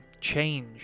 change